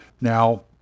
Now